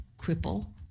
cripple